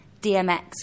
Dmx